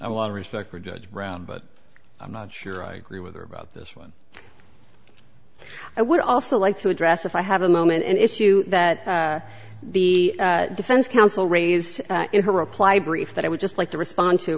a lot of respect for judge brown but i'm not sure i agree with her about this one i would also like to address if i have a moment an issue that the defense counsel raised in her reply brief that i would just like to respond to